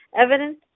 Evidence